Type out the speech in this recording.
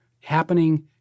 happening